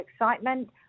excitement